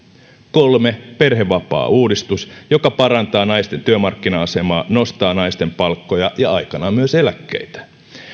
kolme perhevapaauudistus joka parantaa naisten työmarkkina asemaa nostaa naisten palkkoja ja aikanaan myös eläkkeitä